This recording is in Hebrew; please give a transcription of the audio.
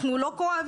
אנחנו לא כואבים?